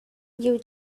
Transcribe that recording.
you